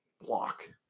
block